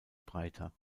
breiter